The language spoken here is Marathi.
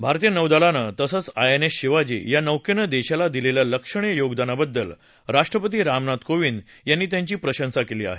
भारतीय नौदलानं तसंच आयएनएस शिवाजी या नौकेनं देशाला दिलेल्या लक्षणीय योगदानाबद्दल राष्ट्रपती रामनाथ कोविंद यांनी त्यांची प्रशंसा केली आहे